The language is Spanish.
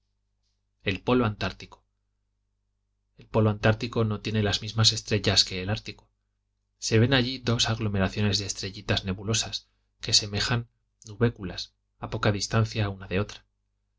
el polo antartico el polo antartico no tiene las mismas estrellas que el ártico se ven allí dos aglomeraciones de estrellitas nebulosas que semejan nubéculas a poca distancia una de otra